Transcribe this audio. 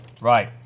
Right